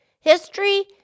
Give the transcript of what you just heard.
History